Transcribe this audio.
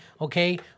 Okay